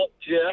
Jeff